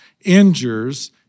injures